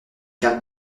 cartes